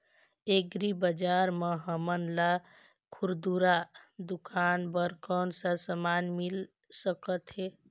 Agri बजार म हमन ला खुरदुरा दुकान बर कौन का समान मिल सकत हे?